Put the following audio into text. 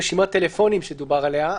רשמת פה מועצות תלמידים, רשמת פה למידה מרחוק.